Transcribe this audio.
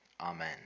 Amen